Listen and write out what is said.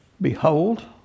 behold